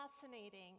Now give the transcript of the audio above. fascinating